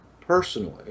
personally